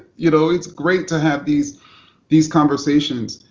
you know, it's great to have these these conversations.